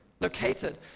Located